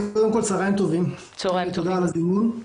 תודה על הדיון.